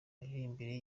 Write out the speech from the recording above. miririmbire